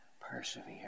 persevere